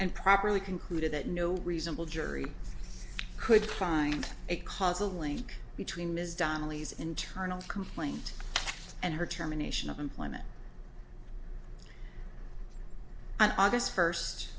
and properly concluded that no reasonable jury could find a causal link between ms donnelly's internal complaint and her terminations of employment i guess first